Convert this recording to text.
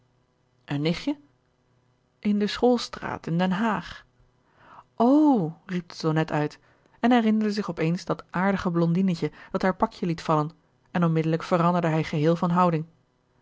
een nichtje in de schoolstraat in den haag o riep de tonnette uit en herinnerde zich op eens dat aardige blondinetje dat haar pakje liet vallen en onmiddellijk veranderde hij geheel van houding